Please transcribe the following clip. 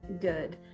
good